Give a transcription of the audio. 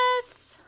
yes